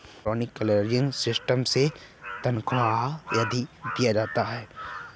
electronic clearance system से तनख्वा आदि दिया जाता है